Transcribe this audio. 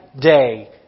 day